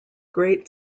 great